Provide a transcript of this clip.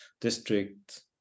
district